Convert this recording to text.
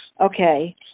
okay